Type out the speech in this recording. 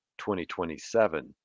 2027